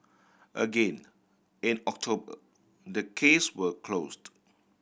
again in October the case were closed